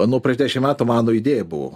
nu prieš dešim metų mano idėja buvo